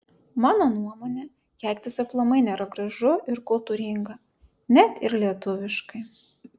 mano nuomone keiktis aplamai nėra gražu ir kultūringa net ir lietuviškai